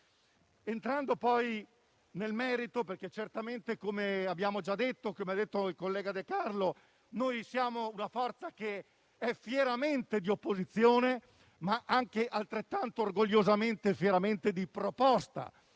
Entro poi nel merito perché certamente, come ha detto il collega De Carlo, noi siamo una forza fieramente di opposizione, ma altrettanto orgogliosamente e fieramente di proposta.